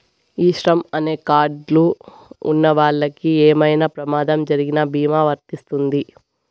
ఈ శ్రమ్ అనే కార్డ్ లు ఉన్నవాళ్ళకి ఏమైనా ప్రమాదం జరిగిన భీమా వర్తిస్తుంది